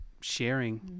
sharing